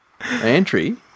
entry